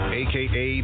aka